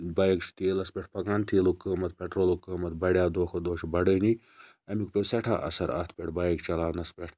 bike چھِ تیٖلَس پٮ۪ٹھ پَکان تیٖلُک قیٖمَت پیٚٹرولُک قیٖمَت بَڑیٚو دۄہ کھۄتہٕ دۄہ چھُ بَڑٲنی امیُک پیٚو سیٚٹھاہ اَثَر اتھ پٮ۪ٹھ بایک چَلاونَس پٮ۪ٹھ